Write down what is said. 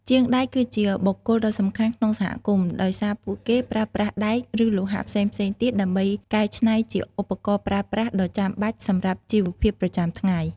ជាងដែកគឺជាបុគ្គលដ៏សំខាន់ក្នុងសហគមន៍ ដោយសារពួកគេប្រើប្រាស់ដែក ឬលោហៈផ្សេងៗទៀតដើម្បីកែច្នៃជាឧបករណ៍ប្រើប្រាស់ដ៏ចាំបាច់សម្រាប់ជីវភាពប្រចាំថ្ងៃ។